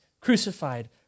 crucified